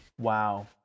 Wow